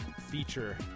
feature